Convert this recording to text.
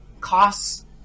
costs